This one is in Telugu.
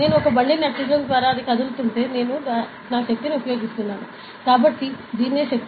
నేను ఒక బండిని నెట్టడం ద్వారా కదిలిస్తుంటే నేను ఒక శక్తిని ప్రయోగిస్తున్నాను కాబట్టి ఇదే శక్తి